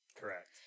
Correct